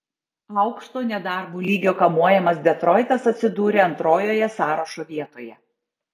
aukšto nedarbo lygio kamuojamas detroitas atsidūrė antrojoje sąrašo vietoje